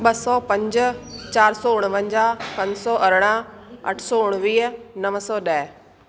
ॿ सौ पंज चारि सौ उणवंजा्हु पंज सौ अरिड़ह अठ सौ उणिवीह नव सौ ॾह